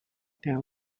there